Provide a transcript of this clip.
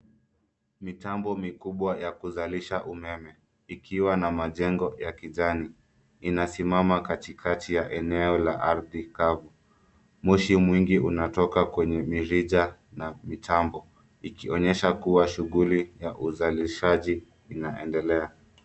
Mitambo mikubwa ya kuzalisha umeme, ikiwa na majengo ya kijani, inasimama katikati ya eneo la ardhi kavu. Moshi mwingi unatoka kwenye mirija na mitambo, ikionyesha kuwa shughuli ya uzalishaji inaendelea.